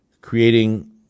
creating